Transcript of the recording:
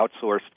outsourced